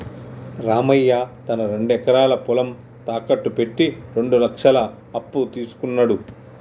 రామయ్య తన రెండు ఎకరాల పొలం తాకట్టు పెట్టి రెండు లక్షల అప్పు తీసుకున్నడు